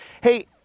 hey